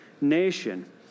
nation